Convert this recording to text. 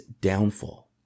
downfall